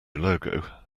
logo